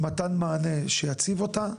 עם מתן מענה שיציב אותה,